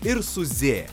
ir su z